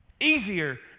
Easier